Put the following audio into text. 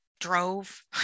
drove